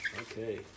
okay